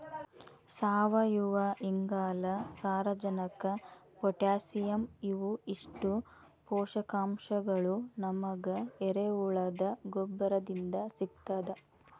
ಸಾವಯುವಇಂಗಾಲ, ಸಾರಜನಕ ಪೊಟ್ಯಾಸಿಯಂ ಇವು ಇಷ್ಟು ಪೋಷಕಾಂಶಗಳು ನಮಗ ಎರೆಹುಳದ ಗೊಬ್ಬರದಿಂದ ಸಿಗ್ತದ